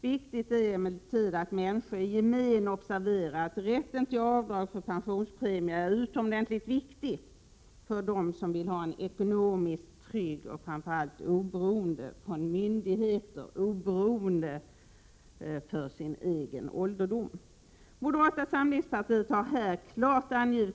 Viktigt är emellertid att människor i gemen observerar att — 10 juni 1988 rätten till avdrag för pensionspremier är utomordentligt viktig för dem som Reformering av den vill ha en ekonomiskt trygg och framför allt oberoende — från myndigheter f ä E - é R XR Nå allmänna försäkoberoende — ålderdom. Moderata samlingspartiet har här klart angivit en =.